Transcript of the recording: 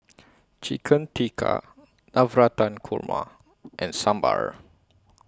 Chicken Tikka Navratan Korma and Sambar